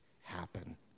happen